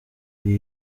ibi